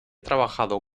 trabajando